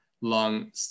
long